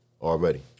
Already